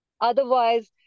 Otherwise